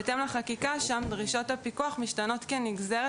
בהתאם לחקיקה שם דרישות הפיקוח משתנות כנגזרת